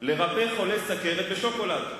לרפא חולה סוכרת בשוקולד.